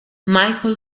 michael